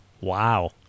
Wow